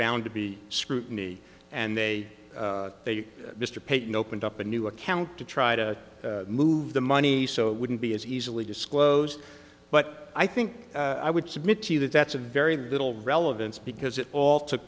bound to be scrutiny and they they mr peyton opened up a new account to try to move the money so it wouldn't be as easily disclosed but i think i would submit that that's a very little relevance because it all took